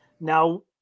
now